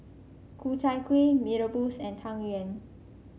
Ku Chai Kuih Mee Rebus and Tang Yuen